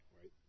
right